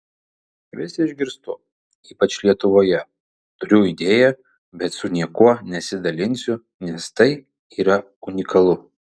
vis išgirstu ypač lietuvoje turiu idėją bet su niekuo nesidalinsiu nes tai yra unikalu